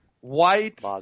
white